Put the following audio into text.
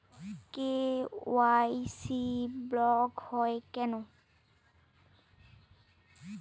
KYC block হয় কেনে?